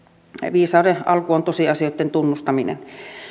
viisauden alku on tosiasioitten tunnustaminen